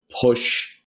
push